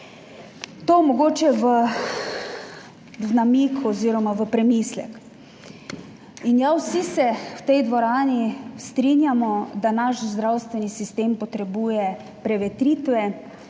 To mogoče v namig oz. v premislek. In ja, vsi se v tej dvorani strinjamo, da naš zdravstveni sistem potrebuje prevetritve